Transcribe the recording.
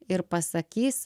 ir pasakys